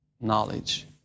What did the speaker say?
knowledge